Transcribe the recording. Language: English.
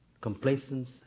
Complacence